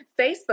Facebook